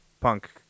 punk